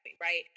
right